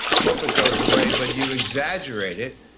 hope it goes away, but you exaggerate it,